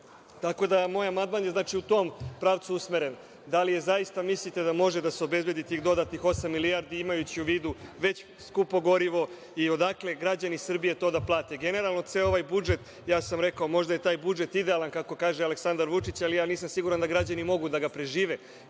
moj amandman u tom pravcu usmeren. Da li zaista mislite da može da se obezbedi tih dodatih osam milijardi, imajući u vidu već skupo gorivo i odakle građani Srbije to da plate? Generalno, ceo ovaj budžet, ja sam rekao možda je taj budžet idealan, kako kaže Aleksandar Vučić, ali ja nisam siguran da građani mogu da ga prežive.